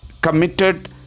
committed